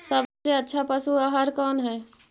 सबसे अच्छा पशु आहार कौन है?